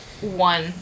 one